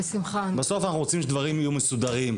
בסוף אנחנו רוצים שדברים יהיו מסודרים,